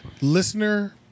listener